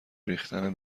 ریختن